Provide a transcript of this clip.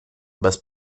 bez